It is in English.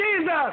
Jesus